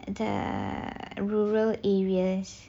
the rural areas